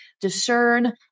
discern